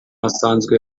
asanzwe